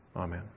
Amen